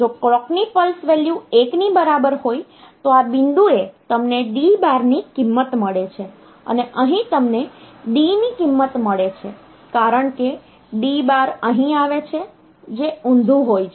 જો કલોકની pulse value 1 ની બરાબર હોય તો આ બિંદુએ તમને D બારની કિંમત મળે છે અને અહીં તમને Dની કિંમત મળે છે કારણ કે D બાર અહીં આવે છે જે ઊંધું હોય છે